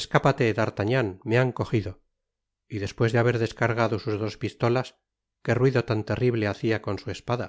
escápate d'artagnan me han cojido y despues de haber descargado sus dos pistolas qué ruido tan terrible hacia con su espada